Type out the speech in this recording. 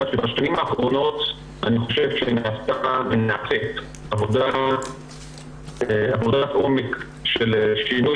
בשנים האחרונות אני חושב שנעשתה ונעשית עבודת עומק של שינוי